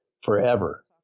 forever